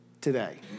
today